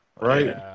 Right